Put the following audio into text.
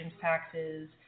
taxes